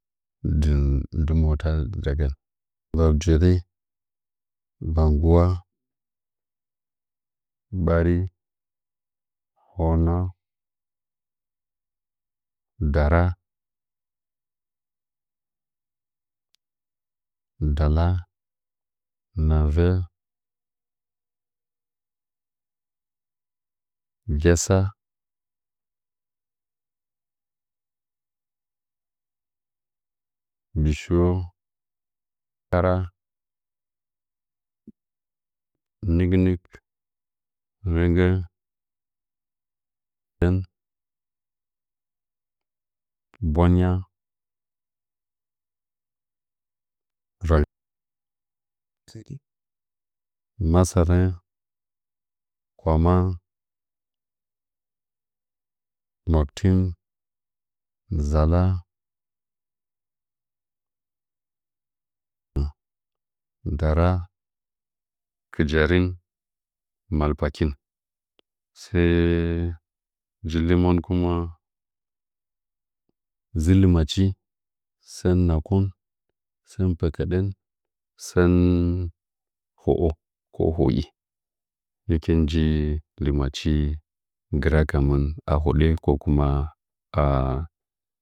Ndɨ motan ndagɚn jeri bangwa ɓari hono dara dala nave gesa bishwa bara nɨknɨk rɚgɚn ɓwanya hin bwanna masare kwama makutin zala dara kɨjarih marpakin sɚ nji ndɨ monkimɚum dzɨ lɨ machi sɚn nakon sɚn pɚkɚɗɚn sɚn holo ka holi hɨkin nji lɨmachi gɨrasamɨn a hoɗɚ ko kuma ka a